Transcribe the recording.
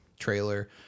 trailer